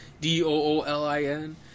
D-O-O-L-I-N